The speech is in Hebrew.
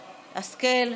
השכל,